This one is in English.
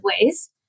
ways